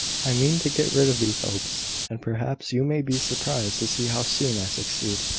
i mean to get rid of these hopes and, perhaps, you may be surprised to see how soon i succeed.